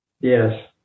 yes